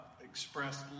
expressed